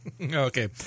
Okay